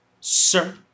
sir